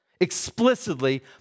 Explicitly